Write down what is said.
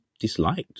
disliked